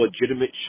legitimate